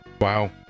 Wow